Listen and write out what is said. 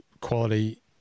quality